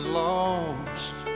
lost